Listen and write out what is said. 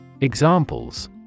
Examples